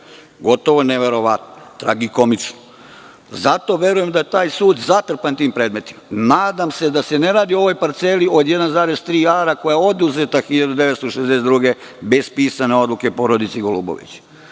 Gotovo je neverovatno, tragikomično. Zato veruje da je taj sud zatrpan tim predmetima. Nadam se da se ne radi o ovoj parceli od 1,3 ara, koja je oduzeta 1962. godine, bez pisane odluke, porodici Golubović. Dakle,